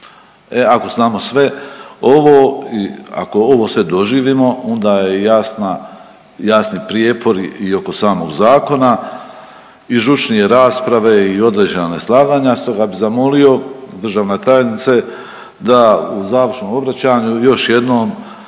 ako znamo sve ovo i ako ovo sve doživimo onda je jasni prijepor i oko samog zakona i žučnije rasprave, i određena neslaganja stoga bih zamolio državna tajnice da u završnom obraćanju još jednom